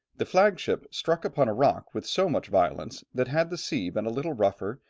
the flag-ship struck upon a rock with so much violence that had the sea been a little rougher,